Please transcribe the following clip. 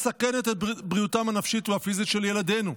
מסכנת את בריאותם הנפשית והפיזית של ילדינו.